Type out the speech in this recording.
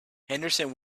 henderson